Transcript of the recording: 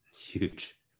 Huge